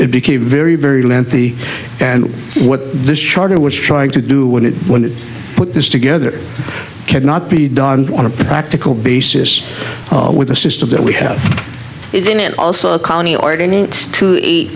it became very very lengthy and what this charter was trying to do when it when it put this together cannot be done on a practical basis with a system that we have isn't it also a county ordinance to